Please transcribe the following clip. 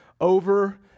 Over